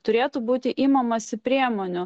turėtų būti imamasi priemonių